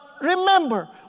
remember